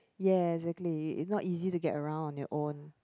ya exactly is not easy to get around on your own